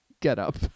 getup